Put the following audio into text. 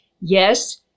Yes